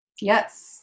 Yes